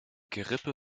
gerippe